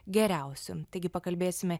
geriausiu taigi pakalbėsime